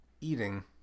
eating